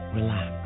relax